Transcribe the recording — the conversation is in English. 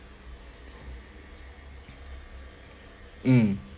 mm